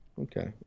Okay